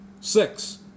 six